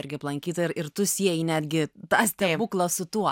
irgi aplankyta ir ir tu sieji netgi tą stebuklą su tuo